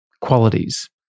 qualities